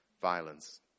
violence